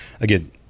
again